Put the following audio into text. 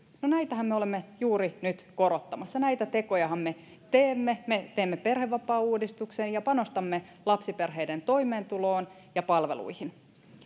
no näitähän me olemme juuri nyt korottamassa näitä tekojahan me teemme me teemme perhevapaauudistuksen ja panostamme lapsiperheiden toimeentuloon ja palveluihin